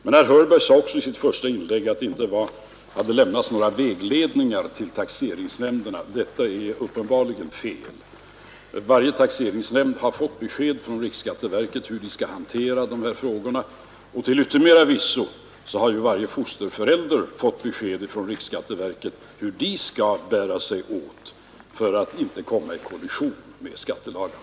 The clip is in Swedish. Men herr Hörberg sade också i sitt första inlägg att det inte hade lämnats några vägledningar till taxeringsnämnderna. Detta är uppenbarligen fel. Varje taxeringsnämnd har fått besked från riksskatteverket hur man skall hantera de här frågorna, och till yttermera visso har ju alla fosterföräldrar fått besked från riksskatteverket hur de skall bära sig åt för att inte komma i konflikt med skattelagarna.